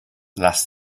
last